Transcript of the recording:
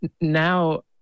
now